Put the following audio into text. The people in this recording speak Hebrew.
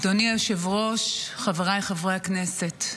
אדוני היושב-ראש, חבריי חברי הכנסת,